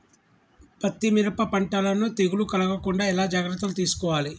పత్తి మిరప పంటలను తెగులు కలగకుండా ఎలా జాగ్రత్తలు తీసుకోవాలి?